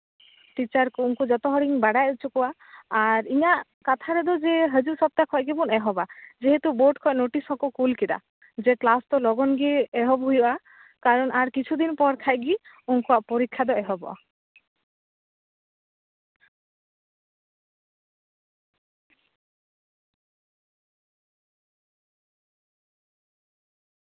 teacher ᱠᱩ ᱩᱱᱠᱩ ᱡᱚᱛᱚ ᱦᱚᱲᱤᱧ ᱵᱟᱰᱟᱭ ᱚᱪᱚ ᱠᱚᱣᱟ ᱟᱨ ᱤᱧᱟᱹᱜ ᱠᱟᱛᱷᱟ ᱨᱮᱫᱚ ᱡᱮ ᱦᱟᱹᱡᱩᱜ ᱥᱚᱯᱛᱟ ᱠᱷᱚᱡ ᱜᱮᱵᱚᱱ ᱮᱦᱚᱵᱟ ᱡᱮᱦᱮᱛᱩ ᱵᱳᱨᱰ ᱠᱷᱚᱡ ᱱᱳᱴᱤᱥ ᱦᱚᱸᱠᱚ ᱠᱩᱞ ᱠᱮᱫᱟ ᱡᱮ ᱠᱞᱟᱥ ᱫᱚ ᱞᱚᱜᱚᱱ ᱜᱮ ᱮᱦᱚᱵ ᱦᱩᱭᱩᱜᱼᱟ ᱠᱟᱨᱚᱱ ᱟᱨ ᱠᱤᱪᱷᱩ ᱫᱤᱱ ᱯᱚᱨ ᱠᱷᱟᱡ ᱜᱮ ᱩᱱᱠᱩᱣᱟᱜ ᱯᱚᱨᱤᱠᱠᱷᱟ ᱫᱚ ᱮᱦᱚᱵᱚᱜᱼᱟ